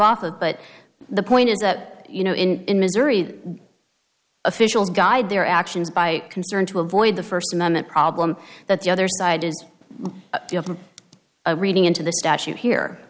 of but the point is that you know in in missouri officials guide their actions by concerned to avoid the first amendment problem that the other side is reading into the